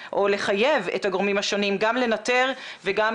ולחייב את הגורמים השונים גם לנטר וגם